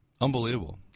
Unbelievable